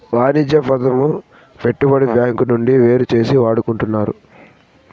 వాణిజ్య పదము పెట్టుబడి బ్యాంకు నుండి వేరుచేసి వాడుకుంటున్నారు